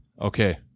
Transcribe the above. Okay